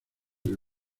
del